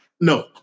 No